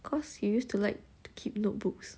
cause you used to like to keep notebooks